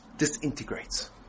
Disintegrates